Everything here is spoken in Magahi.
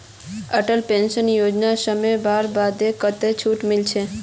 अटल पेंशन योजनात शामिल हबार बादे कतेक छूट मिलछेक